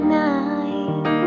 night